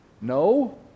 no